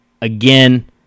Again